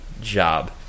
job